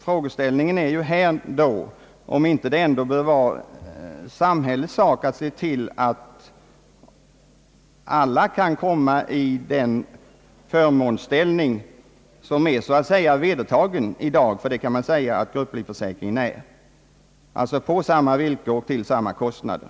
Frågeställningen här är då om det ändå inte bör vara samhällets sak att se till att alla kan komma i den förmånsställning som så att säga är vedertagen i dag — ty det kan man säga att grupplivförsäkringen är — d. v. s. få samma villkor till samma kostnad.